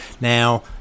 Now